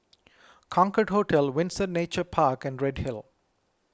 Concorde Hotel Windsor Nature Park and Redhill